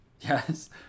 yes